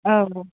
ओं